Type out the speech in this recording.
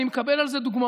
אני מקבל על זה דוגמאות,